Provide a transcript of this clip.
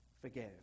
forgive